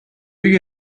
you